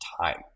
time